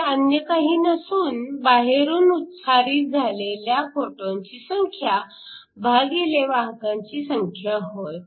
हे अन्य काही नसून बाहेरून उत्सारीत झालेल्या फोटॉनची संख्या भागिले वाहकांची संख्या होय